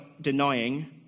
denying